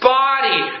body